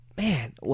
man